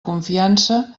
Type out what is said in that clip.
confiança